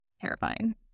terrifying